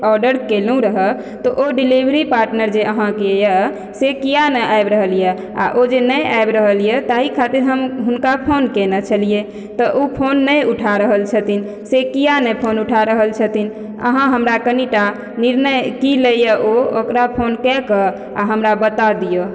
order केलूं रहऽ तऽ ओ डिलीवरी पार्टनर जे अहाँके यऽ से किया नहि आबि रहलएआ ओ जे नहि आबि रहलए ताहि खातिर हम हुनका फोन केनय छलियै तऽ ओ फोन नहि उठा रहल छथिन से किआ नहि फोन उठा रहल छथिन अहाँ हमरा कनी टा निर्णय की लययए ओ ओकरा फोन कएकऽ आ हमरा बता दिअ